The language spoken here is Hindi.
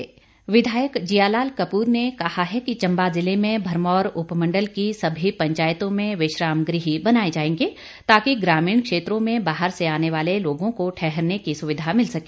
जियालाल कपूर विधायक जियालाल कपूर ने कहा है कि चंबा जिले में भरमौर उपमंडल की सभी पंचायतों में विश्राम गृह बनाए जांएगे ताकि ग्रामीण क्षेत्रों में बाहर से आने वाले लोगों को ठहरने की सुविधा मिल सके